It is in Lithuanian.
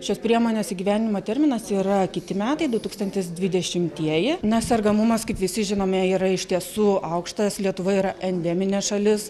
šios priemonės įgyvendinimo terminas yra kiti metai du tūkstantis dvidešimtieji nes sergamumas kaip visi žinome yra iš tiesų aukštas lietuva yra endeminė šalis